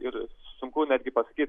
ir sunku netgi pasakyt